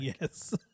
Yes